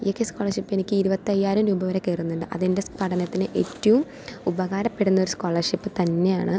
E A K scholarship എനിക്ക് ഇരുപത്തയ്യായിരം രൂപ വരെ കയറുന്നുണ്ട് അതെൻ്റെ പഠനത്തിന് ഏറ്റവും ഉപകാരപ്പെടുന്നൊരു സ്കോളർഷിപ്പ് തന്നെയാണ്